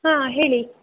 ಹಾಂ ಹೇಳಿ